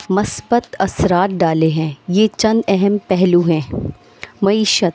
مثبت اثرات ڈالے ہیں یہ چند اہم پہلو ہیں معیشت